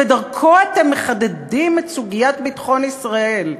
ודרכו אתם מחדדים את סוגיית ביטחון ישראל.